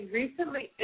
recently